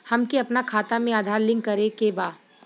हमके अपना खाता में आधार लिंक करें के बा?